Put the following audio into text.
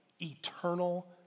Eternal